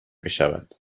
بشود